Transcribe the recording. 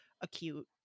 acute